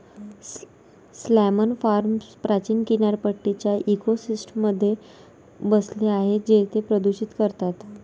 salmon farms प्राचीन किनारपट्टीच्या इकोसिस्टममध्ये बसले आहेत जे ते प्रदूषित करतात